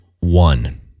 one